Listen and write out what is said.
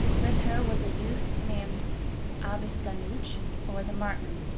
with her was a youth named abistanaooch, or the martin.